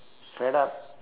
fed up